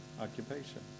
occupation